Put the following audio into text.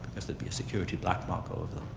as there'd be a security black mark over them.